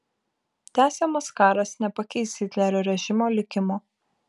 tęsiamas karas nepakeis hitlerio režimo likimo